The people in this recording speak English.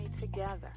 together